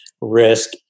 risk